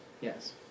yes